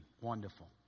Wonderful